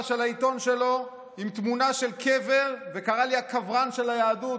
של העיתון שלו עם תמונה של קבר וקרא לי הקברן של היהדות,